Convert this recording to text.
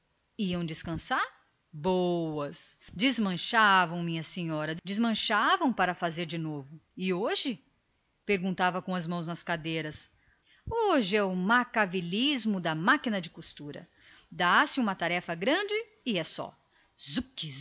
iam descansar boas desmanchavam minha senhora desmanchavam para fazer de novo e hoje perguntava dando um pulinho com as mãos nas ilhargas hoje é o maquiavelismo da máquina de costura dá-se uma tarefa grande e é só